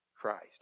Christ